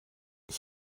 ich